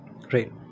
Great